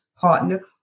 partner